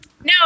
No